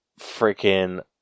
freaking